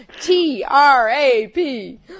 T-R-A-P